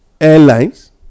airlines